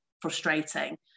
frustrating